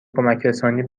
کمکرسانی